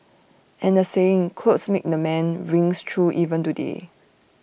and the saying clothes make the man rings true even today